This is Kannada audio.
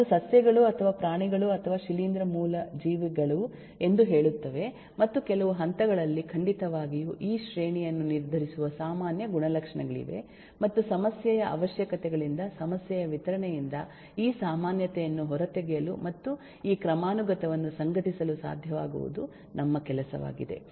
ಅದು ಸಸ್ಯಗಳು ಅಥವಾ ಪ್ರಾಣಿಗಳು ಅಥವಾ ಶಿಲೀಂಧ್ರ ಮೂಲ ಜೀವಿಗಳು ಎಂದು ಹೇಳುತ್ತವೆ ಮತ್ತು ಕೆಲವು ಹಂತಗಳಲ್ಲಿ ಖಂಡಿತವಾಗಿಯೂ ಈ ಶ್ರೇಣಿಯನ್ನು ನಿರ್ಧರಿಸುವ ಸಾಮಾನ್ಯ ಗುಣಲಕ್ಷಣಗಳಿವೆ ಮತ್ತು ಸಮಸ್ಯೆಯ ಅವಶ್ಯಕತೆಗಳಿಂದ ಸಮಸ್ಯೆಯ ವಿವರಣೆಯಿಂದ ಈ ಸಾಮಾನ್ಯತೆಯನ್ನು ಹೊರತೆಗೆಯಲು ಮತ್ತು ಈ ಕ್ರಮಾನುಗತವನ್ನು ಸಂಘಟಿಸಲು ಸಾಧ್ಯವಾಗುವುದು ನಮ್ಮ ಕೆಲಸವಾಗಿದೆ